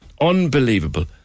Unbelievable